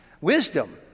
wisdom